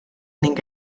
ning